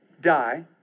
Die